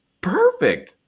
perfect